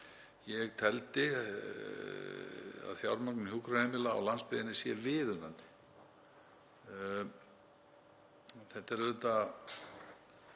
ég telji að fjármögnun hjúkrunarheimila á landsbyggðinni sé viðunandi. Þetta er auðvitað